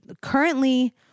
currently